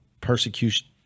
persecution